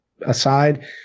aside